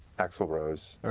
axel rose,